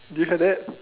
do you hear that